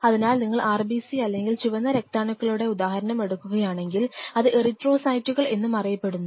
അതിനാൽ നിങ്ങൾ RBC അല്ലെങ്കിൽ ചുവന്ന രക്താണുക്കളുടെ ഉദാഹരണം എടുക്കുകയാണെങ്കിൽ അത് എറിത്രോസൈറ്റുകൾ എന്നും അറിയപ്പെടുന്നു